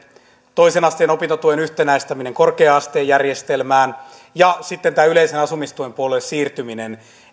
toisen asteen opintotuen yhtenäistäminen korkea asteen järjestelmään ja sitten yleisen asumistuen puolelle siirtyminen